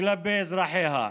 כלפי אזרחיה.